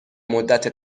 مدت